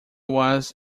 was